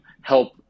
help